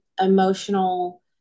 emotional